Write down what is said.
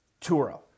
Turo